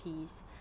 piece